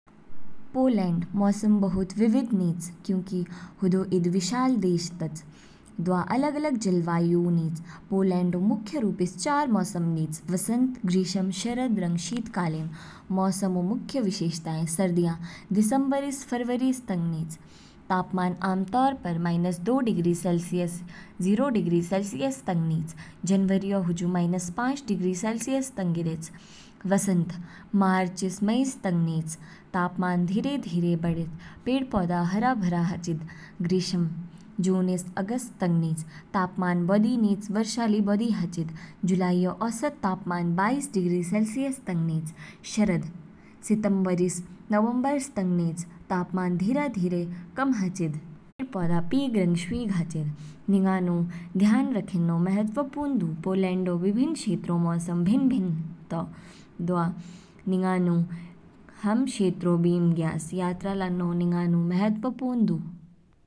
पोलैंड मौसम बहुत विविध निच, क्योंकि हदौ ईद विशाल देश तौ, दवा अलग अलग जलवायु निच। पोलैंड ऊ मुख्य रूपस चार मौसम निच, वसंत, ग्रीष्म, शरद, रंग शीतकालीन। मौसम ऊ मुख्य विशेषताएं, सर्दियाँ दिसंबर स फरवरी तंग निच, तापमान आमतौर पर माइनस दो degree Celsius zero degree Celsius तंग निच। जनवरीऔ हुजु माइनस पाँच डिग्री सेलसियस तंग गिरेच। वसंत, मार्च ईस मई तंग निच, तापमान धीरे धीरे बढ़ेच, पेड़ पौधा हरा भरा हाचिद। ग्रीष्म, जून ईस अगस्त तंग निच, तापमान बौधि निच वर्षा ली बौधि हाचिद, जुलाईऔ औसत तापमान बाईस डिग्री सेलसियस तंग निच। शरद, सितंबर स नवंबर तंग निच तापमान धीरे धीरे कम हाचिद पेड़पौधा पीग रंग शवीग हाचिद। निंगानु ध्यान रखेन्नौ महत्वपूर्ण दु पोलैंड ऊ विभिन्न क्षेत्रों मौसम भिन्न भिन्न तौ, दवा निंगानु हाम क्षेत्रो बीम ज्ञयाच यात्रा लान्नौ निंगानु महत्वपूर्ण दु।